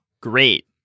Great